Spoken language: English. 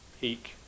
peak